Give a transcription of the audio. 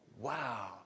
Wow